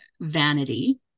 vanity